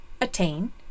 Attain